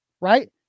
right